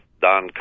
Don